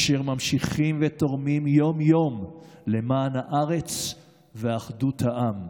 אשר ממשיכים ותורמים יום-יום למען הארץ ואחדות העם,